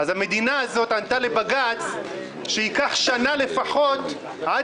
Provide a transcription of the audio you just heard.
אז המדינה הזאת ענתה לבג"ץ שייקח שנה לפחות עד